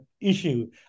issue